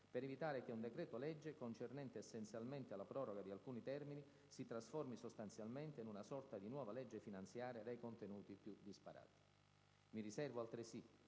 per evitare che un decreto-legge concernente essenzialmente la proroga di alcuni termini si trasformi sostanzialmente in una sorta di nuova legge finanziaria dai contenuti più disparati. Mi riservo altresì,